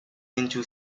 into